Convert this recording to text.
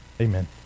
Amen